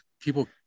people